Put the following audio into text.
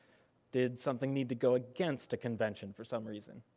did something need to go against a convention for some reason?